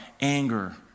anger